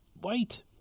white